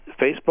Facebook